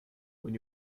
when